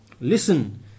Listen